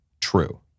true